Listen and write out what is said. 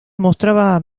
mostraba